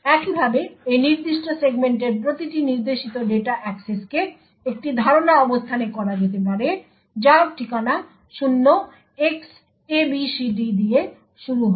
একইভাবে এই নির্দিষ্ট সেগমেন্টের প্রতিটি নির্দেশিত ডেটা অ্যাক্সেসকে একটি ধারণা অবস্থানে করা যেতে পারে যার ঠিকানা 0Xabcd দিয়ে শুরু হয়